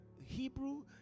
Hebrew